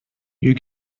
you